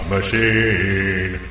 Machine